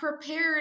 prepared